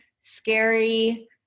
scary